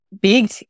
big